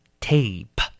Tape